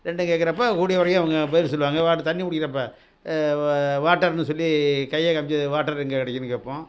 ரெண்டும் கேட்கறப்ப கூடிய வரையும் அவங்க பதில் சொல்லுவாங்க வாட்டர் தண்ணி குடிக்கிறப்ப வட்டர்ன்னு சொல்லி கையை காமித்து வாட்டர் எங்கே அப்படின்னு கேட்போம்